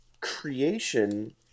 Creation